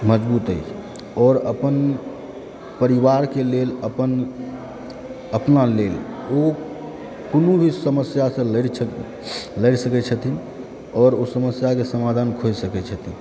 मजबूत अछि आओर अपन परिवारकेँ लेल अपन अपना लेल ओ कोनो भी समस्यासँ लड़ि सकय छथिन आओर ओ समस्याके समाधान खोजि सकय छथिन